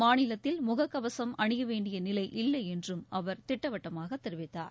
மாநிலத்தில் முகக்கவசம் அணிய வேண்டிய நிலை இல்லை என்றும் அவர் திட்டவட்டமாக தெரிவித்தார்